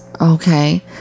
Okay